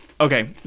okay